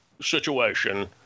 situation